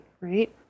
right